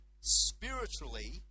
spiritually